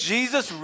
Jesus